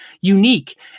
unique